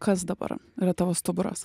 kas dabar yra tavo stuburas